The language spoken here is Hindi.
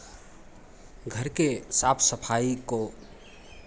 घर के साफ सफाई को